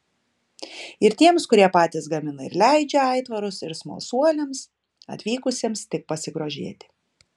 ir tiems kurie patys gamina ir leidžia aitvarus ir smalsuoliams atvykusiems tik pasigrožėti